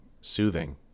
soothing